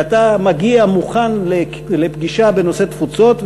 ואתה מגיע מוכן לפגישה בנושא התפוצות,